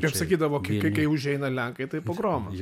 kaip sakydavo kai kai kai užeina lenkai tai pogromas